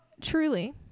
Truly